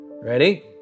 Ready